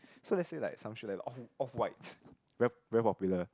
so let's say like some shoe like the off off whites very very popular